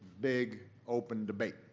big, open debate.